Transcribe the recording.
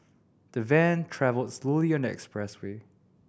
the van travelled slowly on the expressway